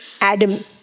Adam